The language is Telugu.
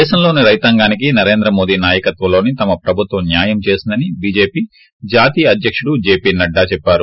దేశంలోని రైతాంగానికి నరేంద్ర మోదీ నాయకత్వంలోని తమ ప్రభుత్వం న్యాయం చేసిందని బీజేపీ జాతీయ అధ్యకుడు జేపీ నడ్లొ చెప్పారు